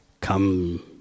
come